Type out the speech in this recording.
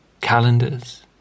calendars